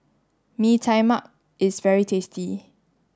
Mee Tai Mak is very tasty